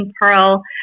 pearl